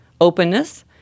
Openness